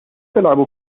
تلعب